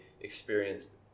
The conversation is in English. experienced